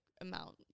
amount